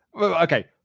okay